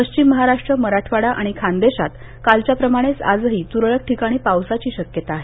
पश्चिम महाराष्ट्र मराठवाडा आणि खानदेशात कालच्या प्रमाणेच आजही त्रळक ठिकाणीच पावसाची शक्यता आहे